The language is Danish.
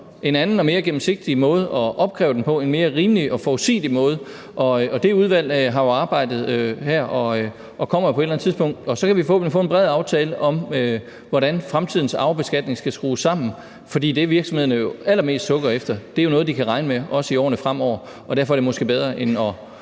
en anden og mere gennemsigtig måde – en mere rimelig og forudsigelig måde – at opkræve den på, og det her udvalg har jo arbejdet og kommer med et resultat på et eller andet tidspunkt, og så kan vi forhåbentlig få en bred aftale om, hvordan fremtidens arvebeskatning skal skrues sammen; for det, virksomhederne jo allermest sukker efter, er noget, de kan regne med, også i årene fremover, og derfor er det måske bedre end,